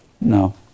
No